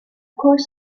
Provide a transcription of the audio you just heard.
course